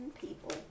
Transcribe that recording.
people